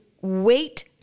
wait